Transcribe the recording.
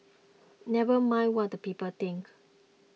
never mind what the people think